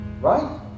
Right